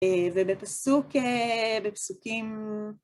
זה בפסוק... בפסוקים...